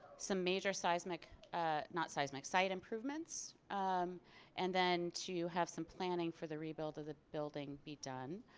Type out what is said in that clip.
some major seismic not seismic site improvements and then to have some planning for the rebuild of the building be done.